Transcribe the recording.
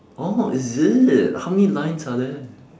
oh is it how many lines are there